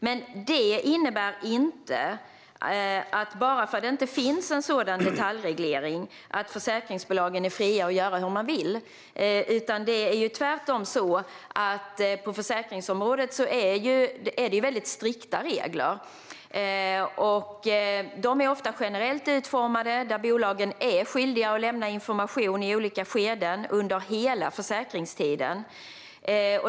Men det innebär inte att bara för att det inte finns en sådan detaljreglering att försäkringsbolagen är fria att göra hur de vill. Tvärtom är det strikta regler på försäkringsområdet. De är ofta generellt utformade, och bolagen är skyldiga att lämna information i olika skeden under hela försäkringstiden.